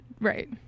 right